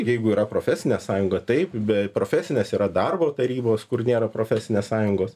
jeigu yra profesinė sąjunga taip be profesinės yra darbo tarybos kur nėra profesinės sąjungos